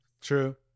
True